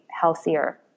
healthier